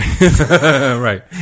Right